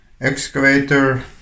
excavator